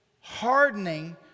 hardening